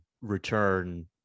return